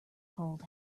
cold